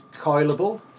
coilable